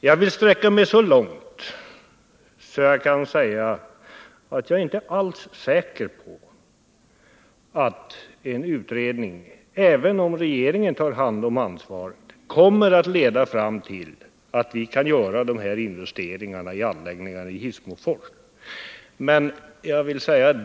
Jag vill sträcka mig så långt att jag kan säga att jag inte alls är säker på att en utredning —- inte ens om regeringen tar ansvaret för den — kommer att kunna leda fram till att vi kan göra investeringar i anläggningar i Hissmofors.